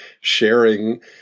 sharing